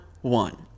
one